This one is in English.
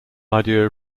idea